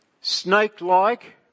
snake-like